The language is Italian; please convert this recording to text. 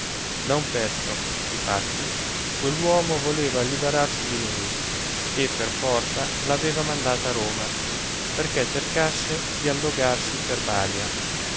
da un pezzo difatti quell'uomo voleva liberarsi di lei e per forza l'aveva mandata a roma perché cercasse di allogarsi per balia